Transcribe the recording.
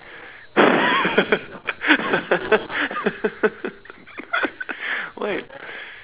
like